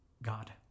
God